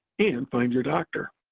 and find your doctor.